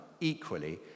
equally